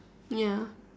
ya